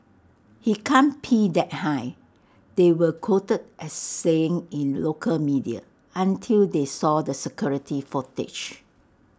he can't pee that high they were quoted as saying in local media until they saw the security footage